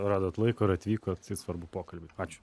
radot laiko ir atvykot į svarbų pokalbį ačiū